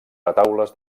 retaules